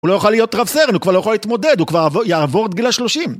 הוא לא יוכל להיות רב סרן, הוא כבר לא יכול להתמודד, הוא כבר יעבור את גיל השלושים.